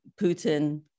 Putin